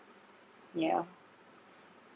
yeah